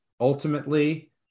ultimately